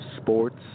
Sports